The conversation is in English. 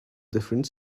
different